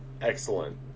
Excellent